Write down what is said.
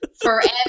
forever